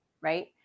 right